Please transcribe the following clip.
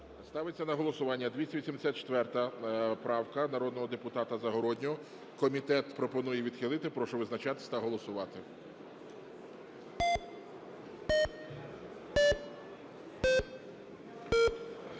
Ставиться на голосування 284 правка народного депутата Загороднього. Комітет пропонує відхилити. Прошу визначатись та голосувати.